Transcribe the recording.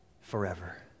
forever